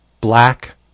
black